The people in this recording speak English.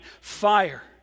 fire